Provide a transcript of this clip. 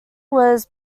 was